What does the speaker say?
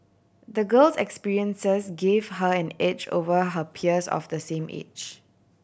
the girl's experiences gave her an edge over her peers of the same age